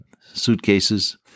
suitcases